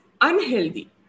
unhealthy